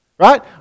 Right